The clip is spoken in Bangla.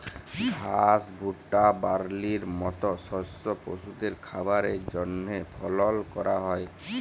ঘাস, ভুট্টা, বার্লির মত শস্য পশুদের খাবারের জন্হে ফলল ক্যরা হ্যয়